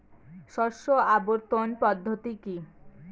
শস্য আবর্তন পদ্ধতি কি?